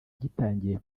gitangiye